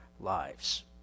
lives